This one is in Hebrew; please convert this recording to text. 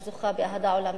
שזוכה באהדה עולמית.